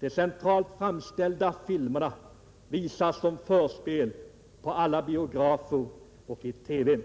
De centralt framställda filmerna kan visas som förspel på alla biografer och i TV.